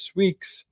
week's